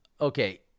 Okay